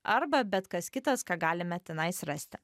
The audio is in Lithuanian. arba bet kas kitas ką galime tenais rasti